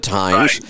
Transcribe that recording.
times